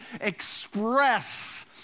express